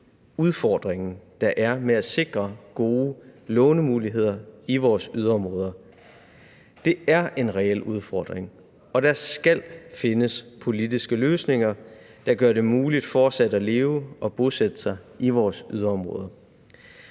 udfordringen, der er, med at sikre gode lånemuligheder i vores yderområder. Det er en reel udfordring, og der skal findes politiske løsninger, der gør det muligt fortsat at leve og bosætte sig i vores yderområder.